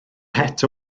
het